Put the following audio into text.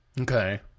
Okay